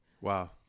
Wow